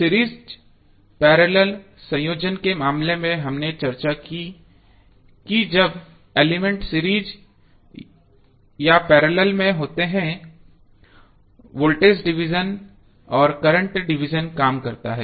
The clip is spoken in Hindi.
सीरीज पैरेलल संयोजन के मामले में हमने चर्चा की कि जब एलिमेंट सीरीज या पैरेलल में होते हैं वोल्टेज डिवीजन और करंट डिवीजन काम करता है